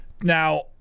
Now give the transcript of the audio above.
Now